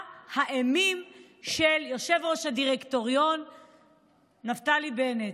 האימים של יושב-ראש הדירקטוריון נפתלי בנט.